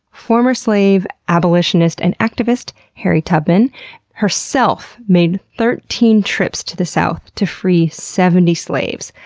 former slave, abolitionist, and activist harriet tubman herself made thirteen trips to the south to free seventy slaves,